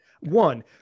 One